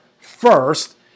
first